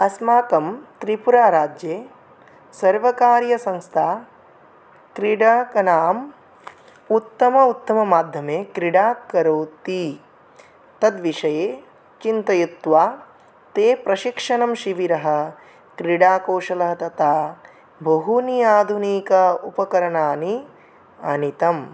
अस्माकं त्रिपुराराज्ये सर्वकारीयसंस्थाः क्रीडकानां उत्तमोत्तममाद्धमे क्रीडा करोति तद्विषये चिन्तयित्वा ते प्रशिक्षणं शिबिरः क्रीडाकौशलं तथा बहूनि आधुनिक उपकरणानि आनीतम्